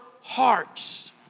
hearts